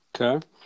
Okay